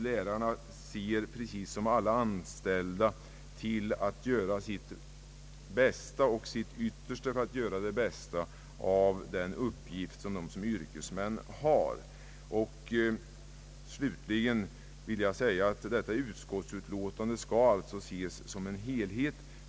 Lärarna strävar liksom alla andra anställda efter att göra sitt bästa av den uppgift de har i egenskap av yrkesmän. Slutligen vill jag framhålla att utskottets utlåtande skall ses som en helhet.